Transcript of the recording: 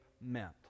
meant